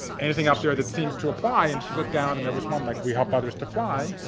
anything up there that seems to apply and she looked down and there was one like we help others to fly.